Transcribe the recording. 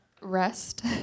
Rest